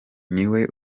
niwe